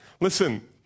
Listen